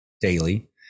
daily